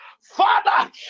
Father